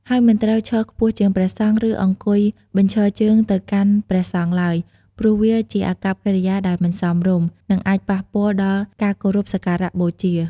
ហើយមិនត្រូវឈរខ្ពស់ជាងព្រះសង្ឃ ឬអង្គុយបញ្ឈរជើងទៅកាន់ព្រះសង្ឃឡើយ ព្រោះវាជាអាកប្បកិរិយាដែលមិនសមរម្យ និងអាចប៉ះពាល់ដល់ការគោរពសក្ការបូជា។